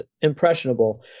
impressionable